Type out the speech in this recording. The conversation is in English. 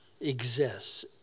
exists